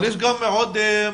אבל יש גם עוד משברים,